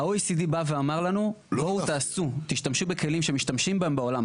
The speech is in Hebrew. ה-OECD אמרו לנו: תשתמשו בכלים שמשתמשים בהם בעולם,